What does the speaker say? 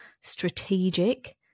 strategic